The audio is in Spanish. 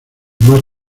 más